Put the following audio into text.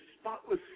spotless